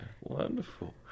Wonderful